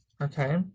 okay